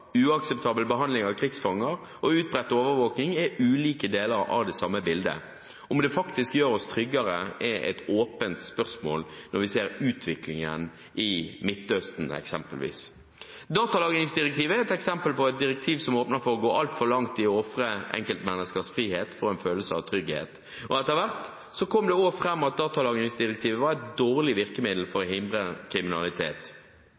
uakseptabel behandling av krigsfanger og utbredt overvåkning er ulike deler av det samme bildet. Om det faktisk gjør oss tryggere, er et åpent spørsmål når vi ser utviklingen i Midtøsten eksempelvis. Datalagringsdirektivet er et eksempel på et direktiv som åpner for å gå altfor langt i å ofre enkeltmenneskers frihet for en følelse av trygghet. Etter hvert kom det også fram at datalagringsdirektivet var et dårlig virkemiddel for